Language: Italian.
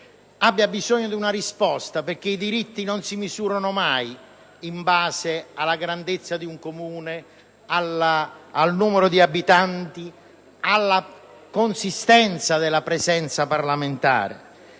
ha bisogno di una risposta, perché i diritti non si misurano mai in base alla grandezza di un Comune o al numero di abitanti di una zona o alla consistenza della presenza parlamentare.